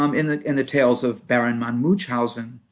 um in the in the tales of baron von munchausen,